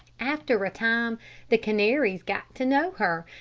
after a time the canaries got to know her,